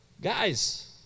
Guys